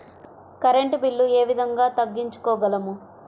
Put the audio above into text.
Current bill ఏ విధంగా తగ్గించుకోగలము?